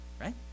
right